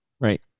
right